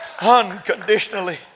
Unconditionally